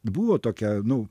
buvo tokia nu